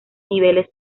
niveles